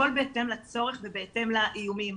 הכול בהתאם לצורך ובהתאם לאיומים.